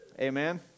Amen